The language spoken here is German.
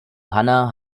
hannah